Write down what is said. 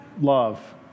love